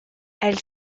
elle